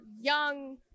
young